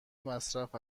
مصرف